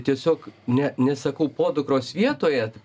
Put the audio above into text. tiesiog ne nesakau podukros vietoje